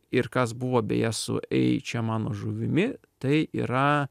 ir kas buvo beje su ei čia mano žuvimi tai yra